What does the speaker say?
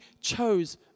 chose